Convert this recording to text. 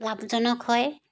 লাভজনক হয়